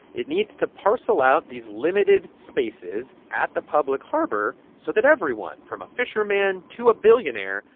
it needs to parcel out these limited spaces at the public harbor so that everyone, from a fisherman to a billionaire,